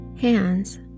hands